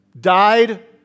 died